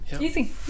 Easy